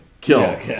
kill